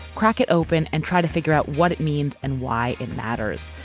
crack it open and try to figure out what it means and why it matters.